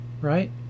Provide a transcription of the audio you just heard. right